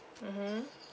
mmhmm